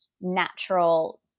Natural